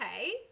okay